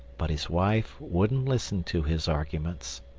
but his wife wouldn't listen to his arguments,